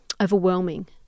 overwhelming